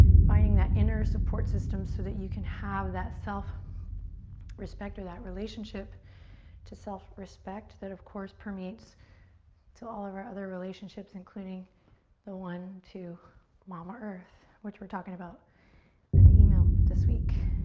finding that inner support system so that you can have that self respect or that relationship to self respect that of course permeates to all of our other relationships including the one to mama earth which we're talking about in and the email this week.